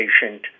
patient